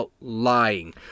Lying